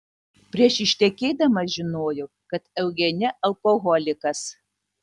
prieš ištekėdama žinojau kad eugene alkoholikas